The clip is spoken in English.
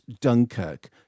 Dunkirk